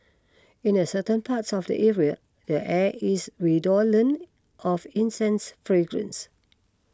in the certain parts of the area the air is redolent of incense fragrance